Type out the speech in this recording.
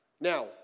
Now